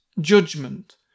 judgment